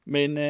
Men